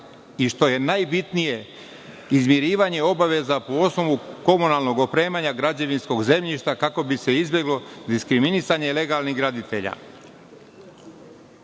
i što je najbitnije izmirivanje obaveza po osnovu komunalnog opremanja građevinskog zemljišta kako bi se izbeglo diskriminisanje legalnih graditelja.U